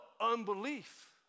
Unbelief